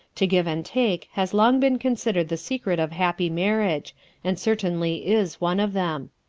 to give and take has long been considered the secret of happy marriage and certainly is one of them.